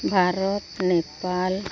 Bharat Nepal